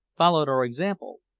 followed our example,